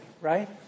right